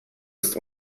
ist